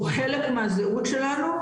הוא חלק מהזהות שלנו,